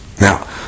Now